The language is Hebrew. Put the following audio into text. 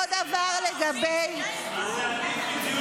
אותו דבר לגבי --- לחיילים אין ציוד.